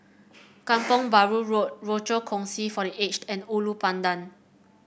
Kampong Bahru Road Rochor Kongsi for The Aged and Ulu Pandan